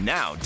Now